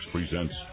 Presents